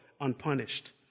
unpunished